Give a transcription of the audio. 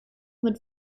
mit